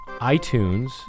iTunes